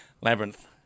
Labyrinth